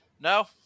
No